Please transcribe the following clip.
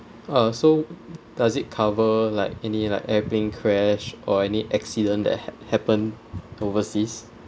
uh so does it cover like any like airplane crash or any accident that had happen overseas